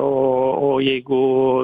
o o jeigu